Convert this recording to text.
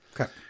Okay